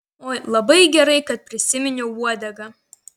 oi labai gerai kad prisiminiau uodegą